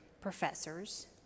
professors